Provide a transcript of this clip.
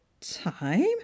time